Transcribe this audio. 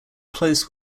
close